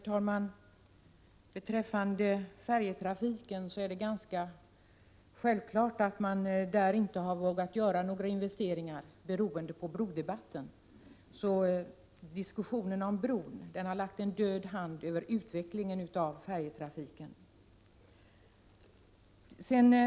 Herr talman! Beträffande färjetrafiken är det ganska självklart att man inte har vågat göra några investeringar, beroende på brodebatten — den har lagt en död hand över utvecklingen av färjetrafiken.